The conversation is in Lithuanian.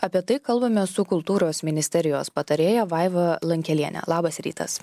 apie tai kalbame su kultūros ministerijos patarėja vaiva lankelienė labas rytas